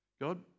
God